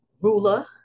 ruler